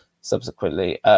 subsequently